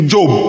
Job